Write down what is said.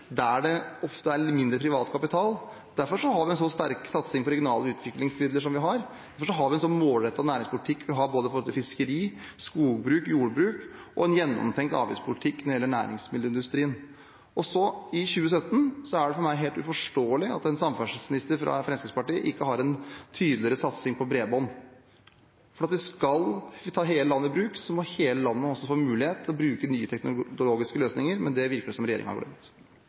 der det ofte er mindre privat kapital. Derfor har vi en så sterk satsing på regionale utviklingsmidler som vi har, og derfor har vi en så målrettet næringspolitikk som vi har på både fiskeri, skogbruk og jordbruk, og en gjennomtenkt avgiftspolitikk når det gjelder næringsmiddelindustrien. I 2017 er det for meg helt uforståelig at en samferdselsminister fra Fremskrittspartiet ikke har en tydeligere satsing på bredbånd. Skal vi ta hele landet i bruk, må hele landet også få mulighet til å bruke nye teknologiske løsninger. Men det virker det som om regjeringen har glemt.